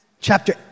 Chapter